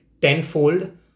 tenfold